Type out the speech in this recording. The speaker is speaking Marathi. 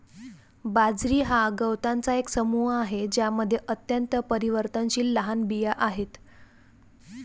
बाजरी हा गवतांचा एक समूह आहे ज्यामध्ये अत्यंत परिवर्तनशील लहान बिया आहेत